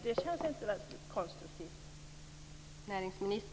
Det känns inte konstruktivt.